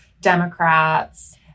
Democrats